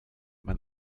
man